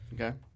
Okay